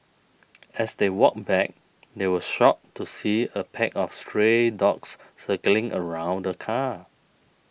as they walked back they were shocked to see a pack of stray dogs circling around the car